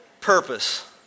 Purpose